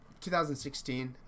2016